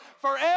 forever